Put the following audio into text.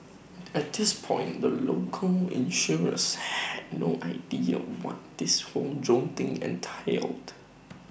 at this point the local insurers had no idea what this whole drone thing entailed